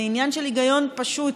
זה עניין של היגיון פשוט,